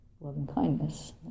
loving-kindness